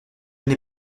n’ai